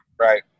Right